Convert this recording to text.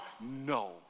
no